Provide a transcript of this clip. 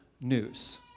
news